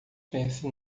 pense